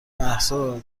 مهسا